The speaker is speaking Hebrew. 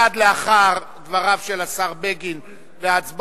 מייד לאחר דבריו של השר בגין וההצבעה,